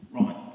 Right